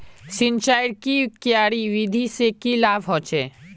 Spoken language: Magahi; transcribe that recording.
सिंचाईर की क्यारी विधि से की लाभ होचे?